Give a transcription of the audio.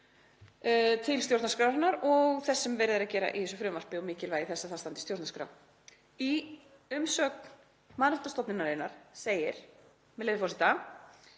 til stjórnarskrárinnar og þess sem verið er að gera í þessu frumvarpi og mikilvægi þess að það standist stjórnarskrá. Í umsögn stofnunarinnar segir, með leyfi forseta: